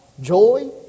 joy